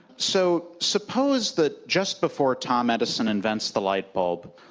so, suppose that just before tom edison invents the light bulb,